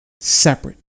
separate